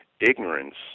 ignorance